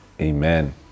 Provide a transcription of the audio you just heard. Amen